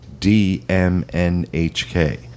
DMNHK